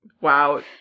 Wow